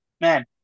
man